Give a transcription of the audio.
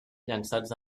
llançats